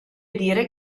dire